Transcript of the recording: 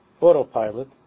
autopilot